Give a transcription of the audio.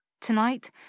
Tonight